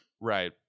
Right